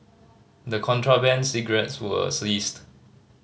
the contraband cigarettes were